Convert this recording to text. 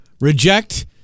reject